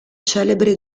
celebre